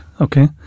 Okay